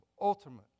ultimate